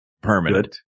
permanent